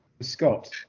Scott